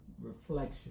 reflection